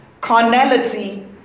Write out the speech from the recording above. Carnality